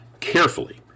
carefully